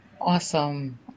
Awesome